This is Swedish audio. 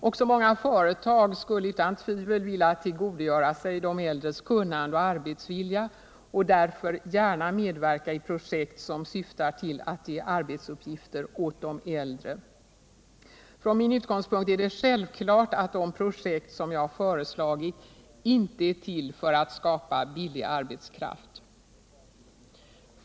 Även många företag skulle utan tvivel vilja tillgodogöra sig de äldres kunnande och arbetsvilja och därför gärna medverka i projekt som syftar till att ge arbetsuppgifter åt de äldre. Från min utgångspunkt är det självklart att de projekt jag föreslagit icke är till för att skapa billig arbetskraft.